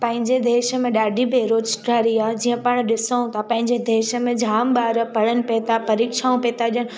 पांहिंजे देश में ॾाढी बेरोजगारी आहे जीअं पाण ॾिसूं था पंहिंजे देश में जाम ॿार पढ़नि पिया था परीक्षाऊं बि था ॾेयनि